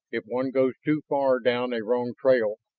if one goes too far down a wrong trail,